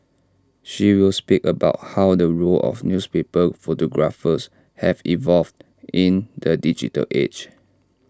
she will speak about how the role of newspaper photographers has evolved in the digital age